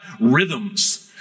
rhythms